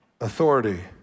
authority